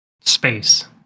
space